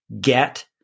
get